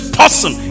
person